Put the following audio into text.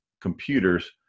computers